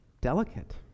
delicate